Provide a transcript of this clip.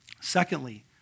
Secondly